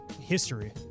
history